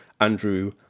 Andrew